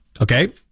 Okay